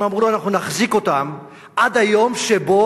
הם אמרו לו: אנחנו נחזיק אותם עד היום שבו